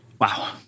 Wow